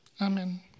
Amen